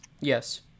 Yes